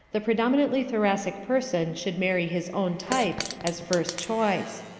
the predominantly thoracic person should marry his own type as first choice.